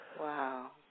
Wow